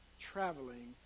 traveling